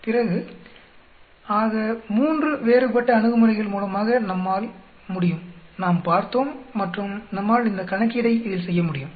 பிறகு ஆக மூன்று வேறுபட்ட அணுகுமுறைகள் மூலமாக நம்மால் முடியும் நாம் பார்த்தோம் மற்றும் நம்மால் இந்த கணக்கீடை இதில் செய்யமுடியும்